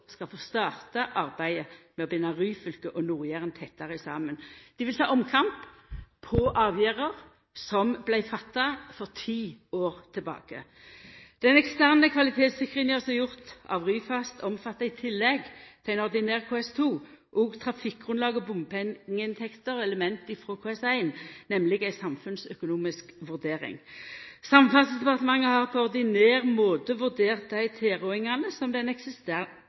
skal få starta arbeidet med å binda Ryfylke og Nord-Jæren tettare saman. Dei vil ta omkamp på avgjerder som vart fatta for ti år sidan. Den eksterne kvalitetssikringa som er gjord av Ryfast, omfattar i tillegg til ein ordinær KS2 òg trafikkgrunnlag, bompengeinntekter og element frå KS1, nemleg ei samfunnsøkonomisk vurdering. Samferdselsdepartementet har på ordinær måte vurdert dei tilrådingane som den